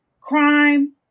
crime